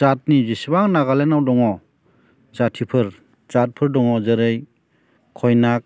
जाथिनि जेसेबां नागालेण्डआव दङ जाथिफोर जातफोर दङ जेरै कन्याक